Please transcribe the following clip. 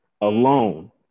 alone